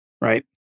right